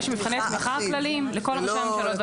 יש מבחני תמיכה כלליים לכל ראשי הממשלות והנשיאים.